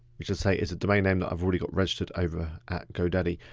let's just say it's a domain name that i've already got registered over at godaddy.